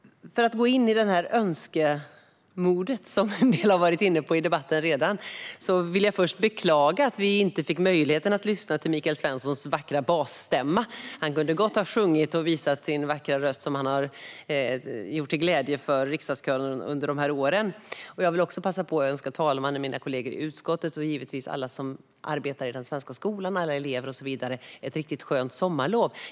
För att gå in i det önskemood som en del har varit inne i redan i debatten vill jag först beklaga att vi inte fick möjligheten att lyssna till Michael Svenssons vackra basstämma. Han kunde gott ha sjungit så att vi hade fått höra hans vackra röst, som har varit till glädje för riksdagskören under åren. Jag vill också passa på att önska talmannen, mina kollegor i utskottet och givetvis alla som arbetar i den svenska skolan, alla elever och så vidare ett riktigt skönt sommarlov.